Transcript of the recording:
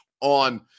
on